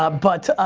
ah but,